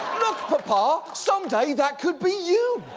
papa. someday that could be you!